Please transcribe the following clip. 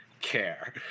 care